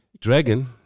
Dragon